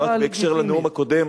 אבל בהקשר של הנאום הקודם,